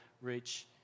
reach